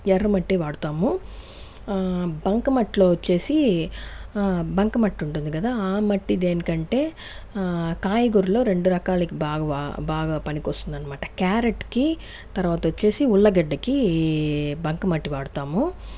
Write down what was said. ఎర్రమట్టి వాడతాము బంకమట్టిలో వచ్చేసి బంకమట్టి ఉంటుంది కదా ఆ మట్టి దేనికంటే కాయగూరలు రెండు రకాలుగా బాగా బాగా పనికొస్తుంది అనమాట క్యారెట్కి తర్వాత వచ్చేసి ఉలగడ్డకి బంకమట్టి వాడతాము